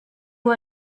who